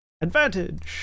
Advantage